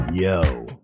Yo